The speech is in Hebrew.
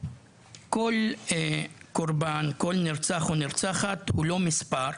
כל קורבן ונרצח או נרצחת, הוא לא מספר,